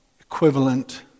equivalent